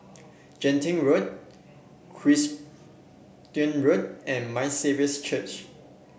Genting Road Road and My Saviour's Church